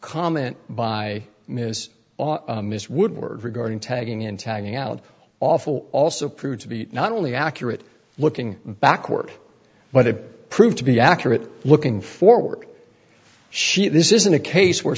comment by ms miss woodward regarding tagging in tagging out awful also proved to be not only accurate looking backward but it proved to be accurate looking forward she this isn't a case where